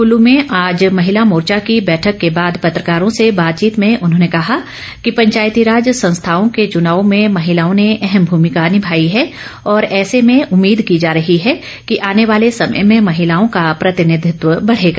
कुल्लू में आज महिला मोर्चा की बैठक के बाद पत्रकारों से बातचीत में उन्होंने कहा कि पंचायती राज संस्थाओं के चुनावों में महिलाओं ने अहम भूमिका निभाई है और ऐसे में उम्मीद की जा रही है कि आने वाले समय में महिलाओं का प्रतिनिधित्व बढ़ेगा